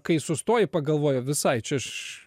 kai sustoji pagalvoji visai čia aš